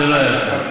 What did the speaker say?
זה לא יפה.